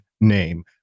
name